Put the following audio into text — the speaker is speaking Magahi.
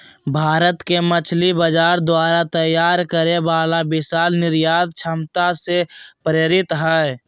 भारत के मछली बाजार द्वारा तैयार करे वाला विशाल निर्यात क्षमता से प्रेरित हइ